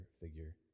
figure